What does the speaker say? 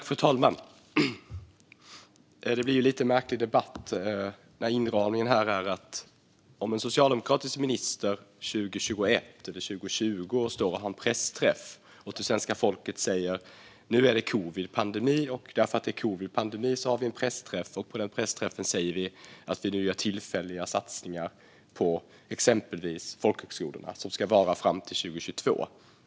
Fru talman! Det blir en lite märklig debatt när inramningen är att en socialdemokratisk minister hade en pressträff 2020 eller 2021 och sa till svenska folket att det var coronapandemi, att man därför hade en pressträff och att man gjorde tillfälliga satsningar på exempelvis folkhögskolorna fram till 2022.